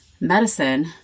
medicine